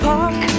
Park